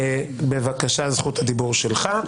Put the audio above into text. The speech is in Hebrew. בבקשה, זכות הדיבור שלך.